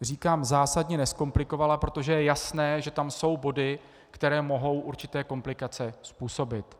Říkám zásadně nezkomplikovala, protože je jasné, že tam jsou body, které mohou určité komplikace způsobit.